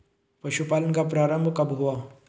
पशुपालन का प्रारंभ कब हुआ?